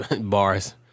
bars